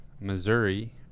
Missouri